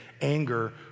anger